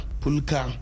pulka